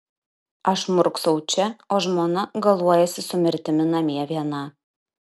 aš murksau čia o žmona galuojasi su mirtimi namie viena